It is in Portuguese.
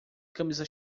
camisa